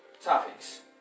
Topics